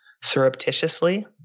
surreptitiously